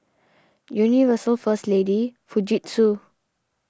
Universal First Lady Fujitsu